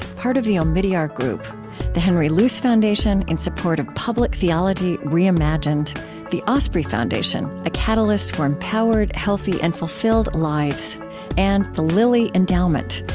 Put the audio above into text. part of the omidyar group the henry luce foundation, in support of public theology reimagined the osprey foundation a catalyst for empowered, healthy, and fulfilled lives and the lilly endowment,